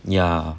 ya